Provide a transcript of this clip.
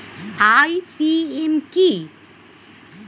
IPM কি?